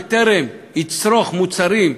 בטרם יצרוך מוצרים,